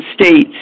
states